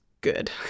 good